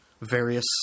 various